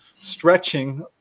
stretching